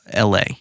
LA